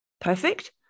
perfect